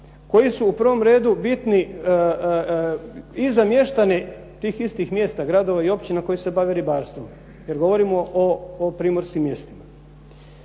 koji su u prvom redu bitni i za mještane tih istih mjesta, gradova i općina, koji se bave ribarstvom, jer govorimo o primorskim mjestima.